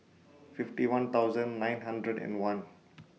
fifty one thousand nine hundred and one